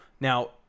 Now